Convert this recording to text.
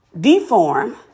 deform